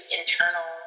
internal